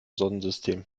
sonnensystem